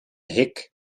hik